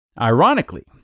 Ironically